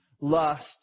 lust